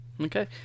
Okay